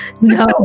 no